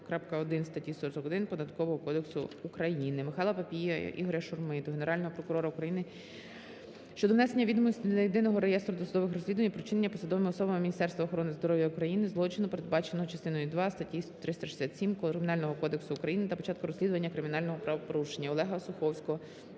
України. Михайла Папієва та Ігоря Шурми до Генерального прокурора України щодо внесення відомостей до Єдиного реєстру досудових розслідувань про вчинення посадовими особами Міністерства охорони здоров'я України злочину, передбаченого частиною 2 статті 367 Кримінального кодексу України та початку розслідування кримінального правопорушення. Олега Осуховського